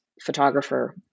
photographer